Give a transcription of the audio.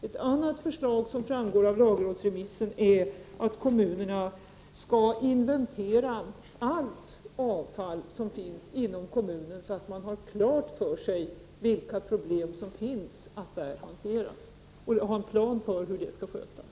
Ett annat förslag som framgår av lagrådsremissen är att kommunerna skall inventera allt avfall som finns inom kommunen, så att man har klart för sig vilka problem som finns att hantera och har en plan för hur det skall skötas.